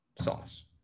SAUCE